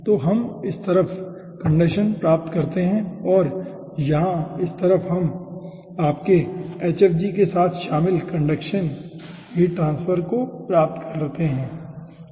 तो हम इस तरफ कंडक्शन प्राप्त करते हैं और यहां इस तरफ हम आपके के साथ शामिल कन्डेंसेशन हीट ट्रांसफर को प्राप्त करते हैं ठीक है